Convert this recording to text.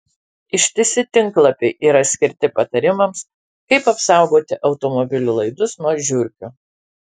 ištisi tinklalapiai yra skirti patarimams kaip apsaugoti automobilių laidus nuo žiurkių